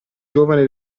giovane